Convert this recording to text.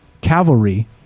cavalry